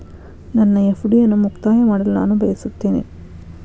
ನನ್ನ ಎಫ್.ಡಿ ಅನ್ನು ಮುಕ್ತಾಯ ಮಾಡಲು ನಾನು ಬಯಸುತ್ತೇನೆ